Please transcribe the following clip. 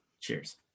Cheers